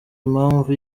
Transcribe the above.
impamvu